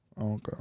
Okay